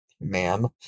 ma'am